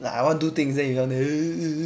like I want do things then you down there